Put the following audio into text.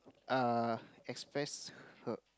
uh express her